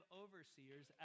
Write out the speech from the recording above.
overseers